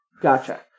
Gotcha